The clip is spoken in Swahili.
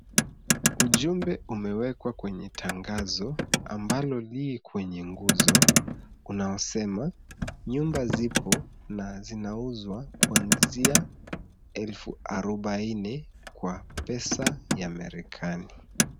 Ujumbe umewekwa kwenye tangazo ambalo lii kwenye nguzo unaosema nyumba zipo na zinauzwa kuanzia elfu arobaini kwa pesa marekani.